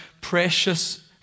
precious